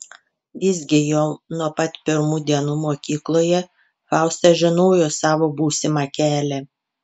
visgi jau nuo pat pirmų dienų mokykloje fausta žinojo savo būsimą kelią